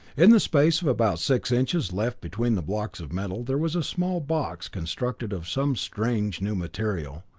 in the space of about six inches left between the blocks of metal, there was a small box constructed of some strange new material.